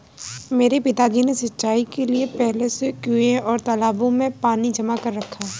मेरे पिताजी ने सिंचाई के लिए पहले से कुंए और तालाबों में पानी जमा कर रखा है